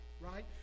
right